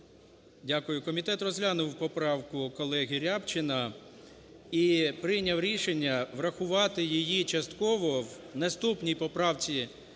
Дякую. Комітет розглянув поправку колеги Рябчина і прийняв рішення врахувати її частково в наступній поправці,